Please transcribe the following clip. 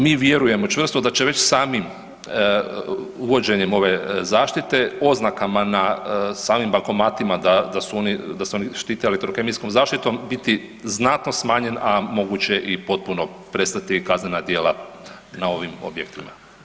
Mi vjerujemo čvrsto da će već samim uvođenjem ove zaštite, oznakama na samim bankomatima, da se oni štite elektrokemijskom zaštitim, biti znatno smanjen a moguće i potpuno prestati kaznena djela na ovim objektima.